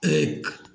एक